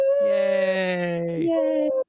Yay